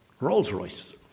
Rolls-Royce